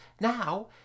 now